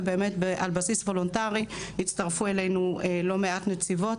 ועל בסיס וולונטרי הצטרפו אלינו לא מעט נציבות,